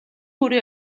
бүрий